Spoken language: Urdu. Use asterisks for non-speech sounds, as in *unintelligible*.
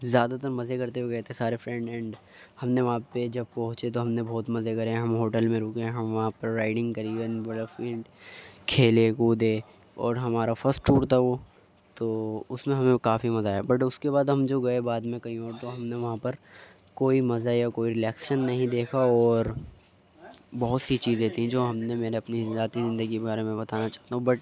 زیادہ تر مزے کرتے ہوئے گئے تھے سارے فرینڈ اینڈ ہم نے وہاں پہ جب پہنچے تو ہم نے بہت مزے کرے ہم ہوٹل میں رکیں ہم وہاں پر رائڈنگ کری *unintelligible* کھیلے کودے اور ہمارا فرسٹ ٹور تھا وہ تو اس میں ہمیں کافی مزہ آیا بٹ اس کے بعد ہم جو گئے بعد میں کہیں اور تو ہم نے وہاں پر کوئی مزہ یا کوئی رلیکسیشن نہیں دیکھااور بہت سی چیزیں تھیں جو ہم نے میں نے اپنی ذاتی زندگی کے بارے میں بتانا چاہتا ہوں بٹ